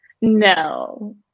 no